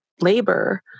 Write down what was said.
labor